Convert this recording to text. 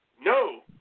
no